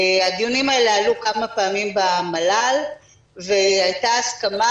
הדיונים האלה עלו כמה פעמים במל"ל והייתה הסכמה,